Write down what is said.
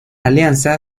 alianza